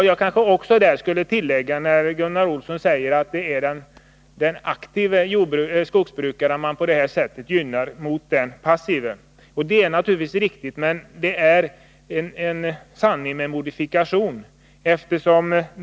Jag kanske skulle tillägga — när Gunnar Olsson säger att det är den aktive skogsbrukaren man gynnar på det här sättet framför den passive: Det är naturligtvis riktigt, men det är en sanning med modifikation.